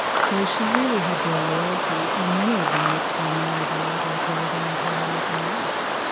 so she really had their loyalty, and many of them worked for marie byles and co their entire working lives.